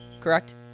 correct